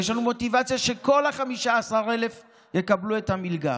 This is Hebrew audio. יש לנו מוטיבציה שכל ה-15,000 יקבלו את המלגה.